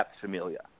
Familia